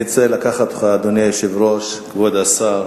אני רוצה לקחת אתכם, אדוני היושב-ראש, כבוד השר